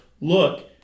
look